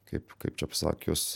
kaip kaip čia pasakius